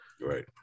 right